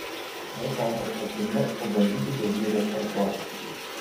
jei kompas pakimba pabandykite jį restartuot